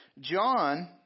John